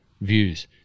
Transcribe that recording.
views